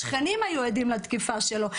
השכנים היו עדים לתקיפה שלו,